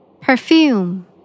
Perfume